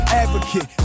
advocate